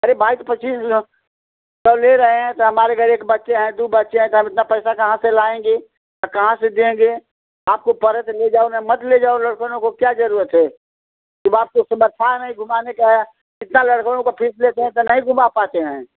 अरे बाइस पच्चीस लोग सब ले रहे हैं तो हमारे घर एक बच्चे हैं दो बच्चे हैं तो हम इतना पैसा कहाँ से लाएंगे आ कहाँ से देंगे आपको पड़े तो ले जाओ ना मत ले जाओ लड़कों को क्या जरूरत है जब आपको समर्थ था नहीं घुमाने का इतना लड़कों को फिर फीस लेते हैं तो नहीं घुमा पाते हैं